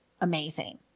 amazing